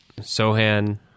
Sohan